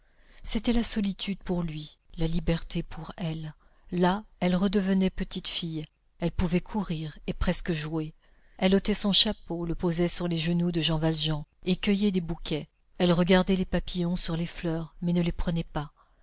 c'était la solitude pour lui la liberté pour elle là elle redevenait petite fille elle pouvait courir et presque jouer elle ôtait son chapeau le posait sur les genoux de jean valjean et cueillait des bouquets elle regardait les papillons sur les fleurs mais ne les prenait pas